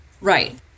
Right